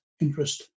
interest